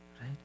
right